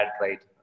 right